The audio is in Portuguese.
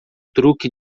truque